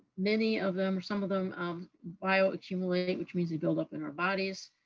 many of them, or some of them, um bioaccumulate, which means they build up in our bodies.